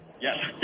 Yes